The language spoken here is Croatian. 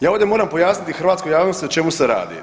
Ja ovdje moram pojasniti hrvatskoj javnosti o čemu se radi.